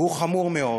והוא חמור מאוד,